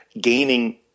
gaining